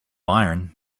iron